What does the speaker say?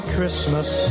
Christmas